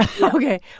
Okay